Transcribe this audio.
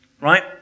right